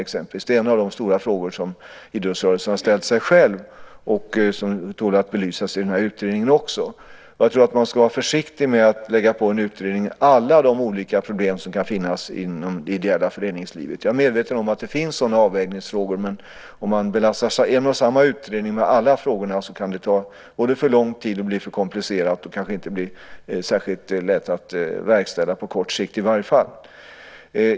Det är en av de stora frågor som idrottsrörelsen har ställt sig själv och som tål att belysas i den här utredningen också. Jag tror att man ska vara försiktig med att lägga på en utredning alla de olika problem som kan finnas inom det ideella föreningslivet. Jag är medveten om att det finns avvägningsfrågor, men om man belastar en och samma utredning med alla frågor kan det ta för lång tid, bli för komplicerat och kanske inte heller bli särskilt lätt att verkställa - på kort sikt i alla fall.